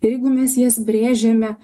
jeigu mes jas brėžiame